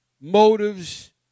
motives